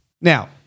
Now